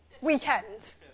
weekend